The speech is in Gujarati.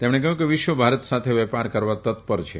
તેમણે કહ્યું કે વિશ્વ ભારત સાથે વેપાર કરવા તત્પર છે